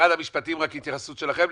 משרד המשפטים התייחסות שלכם.